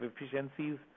efficiencies